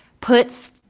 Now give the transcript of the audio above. puts